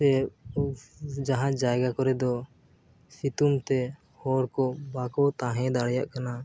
ᱥᱮ ᱡᱟᱦᱟᱸ ᱡᱟᱭᱜᱟ ᱠᱚᱨᱮ ᱫᱚ ᱥᱤᱛᱩᱝᱛᱮ ᱦᱚᱲ ᱠᱚ ᱵᱟᱠᱚ ᱛᱟᱦᱮᱸ ᱫᱟᱲᱮᱭᱟᱜ ᱠᱟᱱᱟ